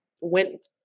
went